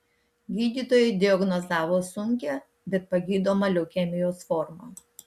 gydytojai diagnozavo sunkią bet pagydomą leukemijos formą